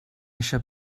eixe